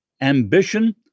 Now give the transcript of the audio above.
ambition